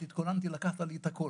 התכוננתי בערב ולקחת לי את הכול.